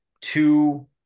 two